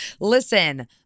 listen